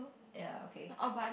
ya okay